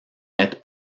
être